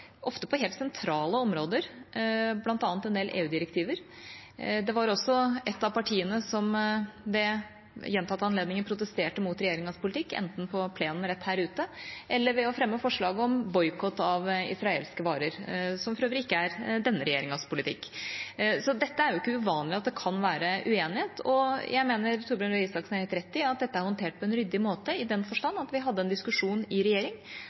ofte på helt sentrale områder, bl.a. en del EU-direktiver. Det var også et av partiene som ved gjentatte anledninger protesterte mot regjeringas politikk, enten på plenen rett her ute eller ved å fremme forslag om boikott av israelske varer, noe som for øvrig ikke er denne regjeringas politikk. Det er jo ikke uvanlig at det kan være uenighet. Jeg mener Torbjørn Røe Isaksen har helt rett i at dette er håndtert på en ryddig måte i den forstand at vi hadde en diskusjon i